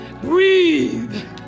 Breathe